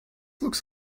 looks